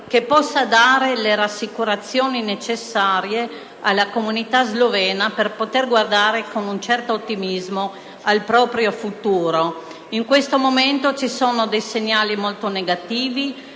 che possa dare le rassicurazioni necessarie alla comunità slovena per poter guardare con un certo ottimismo al proprio futuro. In questo momento ci sono segnali molto negativi: